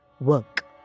work